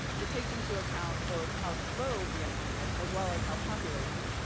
it takes into account both how slow the endpoint is as well as how popular it is.